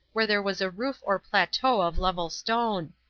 where there was a roof or plateau of level stone.